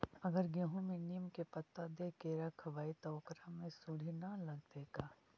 अगर गेहूं में नीम के पता देके यखबै त ओकरा में सुढि न लगतै का?